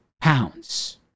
Pounds